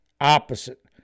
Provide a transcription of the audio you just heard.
opposite